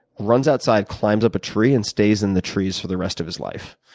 runs outside, climbs up a tree, and stays in the trees for the rest of his life.